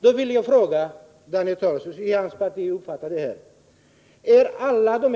Jag vill då fråga Daniel Tarschys hur hans parti ser på det.